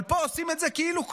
אבל פה עושים את זה כאילו כלום.